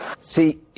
See